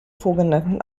vorgenannten